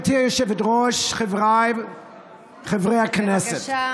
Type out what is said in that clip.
גברתי היושבת-ראש, חבריי חברי הכנסת,